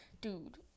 Dude